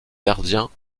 gardiens